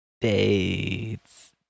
Dates